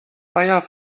nach